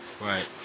Right